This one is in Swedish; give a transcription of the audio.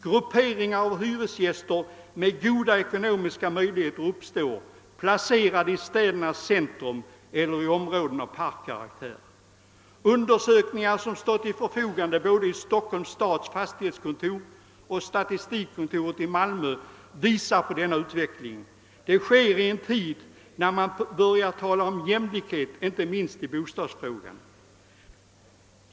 Grupperingar av hyresgäster med goda ekonomiska möjligheter uppstår, placerade i städernas centrum eller i områden av parkkaraktär. Undersökningar som står till förfogande både hos Stockholms stads fastighetskontor och hos statistikkontoret i Malmö visar på denna utveckling. Detta sker i en tid då man börjar tala om jämlikhet inte minst i bostadsfrågan.